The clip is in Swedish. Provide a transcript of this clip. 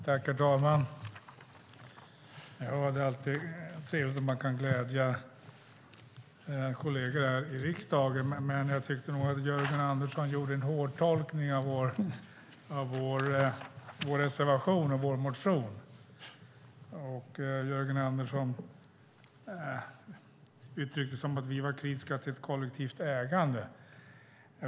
Herr talman! Det är alltid trevligt om man kan glädja kollegerna i riksdagen, men jag tyckte nog att Jörgen Andersson gjorde en för hård tolkning av vår reservation och vår motion. Jörgen Andersson uttryckte det som att vi är kritiska till kollektivt ägande.